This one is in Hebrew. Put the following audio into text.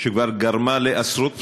שכבר גרמה לעשרות פצועים.